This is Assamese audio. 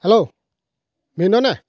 হেল্ল' ভিনদেউ নে